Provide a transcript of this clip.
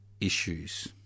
issues